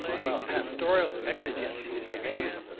while pastoral exigencies remained,